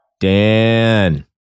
Dan